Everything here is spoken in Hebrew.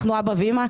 אנחנו אבא ואימא.